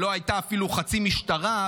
שלא הייתה אפילו חצי משטרה.